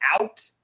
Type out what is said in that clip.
out